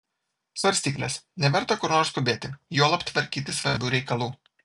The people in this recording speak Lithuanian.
svarstyklės neverta kur nors skubėti juolab tvarkyti svarbių reikalų